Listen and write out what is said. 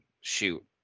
Shoot